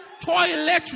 toilet